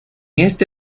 esta